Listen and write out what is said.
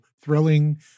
thrilling